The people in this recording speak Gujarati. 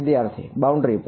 વિદ્યાર્થી બાઉન્ડ્રી પર